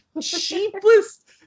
cheapest